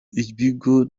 ibigo